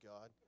God